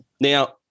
Now-